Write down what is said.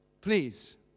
please